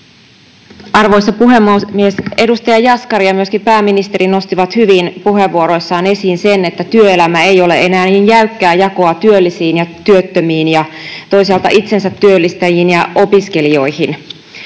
Arvoisa puhemies! Edustaja Jaskari ja myöskin pääministeri nostivat hyvin puheenvuoroissaan esiin sen, että työelämä ei ole enää niin jäykkää jakoa työllisiin ja työttömiin ja toisaalta itsensätyöllistäjiin ja opiskelijoihin.